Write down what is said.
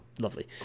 Lovely